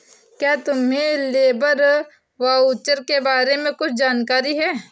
क्या तुम्हें labour voucher के बारे में कुछ जानकारी है?